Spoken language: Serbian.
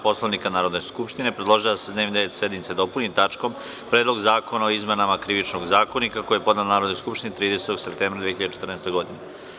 Poslovnika Narodne skupštine, predložila je da se dnevni red sednice dopuni tačkom – Predlog zakona o izmeni Krivičnog zakonika, koji je podnela Narodnoj skupštini 30. septembra 2014. godine.